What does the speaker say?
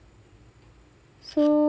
so